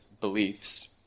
beliefs